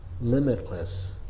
limitless